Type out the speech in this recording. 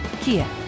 Kia